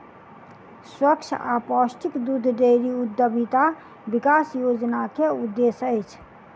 स्वच्छ आ पौष्टिक दूध डेयरी उद्यमिता विकास योजना के उद्देश्य अछि